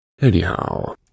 Anyhow